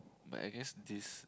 but I guess this